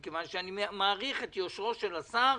מכיוון שאני מעריך את יושרו של השר,